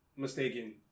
mistaken